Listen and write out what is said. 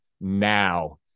Now